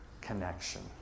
connection